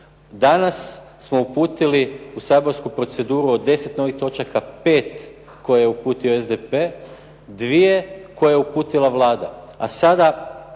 Danas smo uputili u saborsku proceduru od 10 novih točaka 5 koje je uputio SDP, 2 koje je uputila Vlada,